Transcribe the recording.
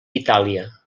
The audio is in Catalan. itàlia